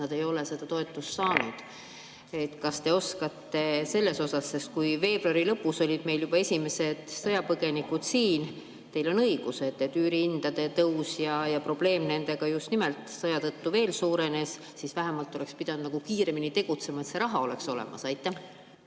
nad ei ole seda toetust saanud. Kas te oskate selle kohta [midagi öelda]? Sest kui veebruari lõpus olid meil juba esimesed sõjapõgenikud siin – teil on õigus, et üürihindade tõus ja probleem nendega just nimelt sõja tõttu veel suurenes –, siis vähemalt oleks pidanud kiiremini tegutsema, et see raha oleks olemas. Suur